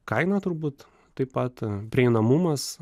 kaina turbūt taip pat prieinamumas